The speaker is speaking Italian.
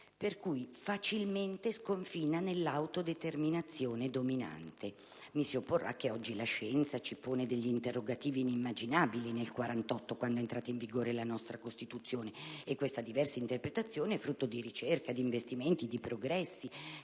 per cui facilmente sconfina nell'autodeterminazione dominante. Mi si opporrà che oggi la scienza ci pone interrogativi inimmaginabili nel 1948, quando è entrata in vigore la nostra Costituzione; la diversa interpretazione è frutto di ricerca, di investimenti e di progressi